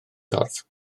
corff